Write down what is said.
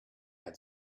hat